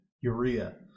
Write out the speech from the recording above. urea